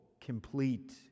complete